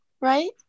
right